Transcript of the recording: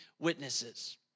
witnesses